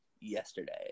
yesterday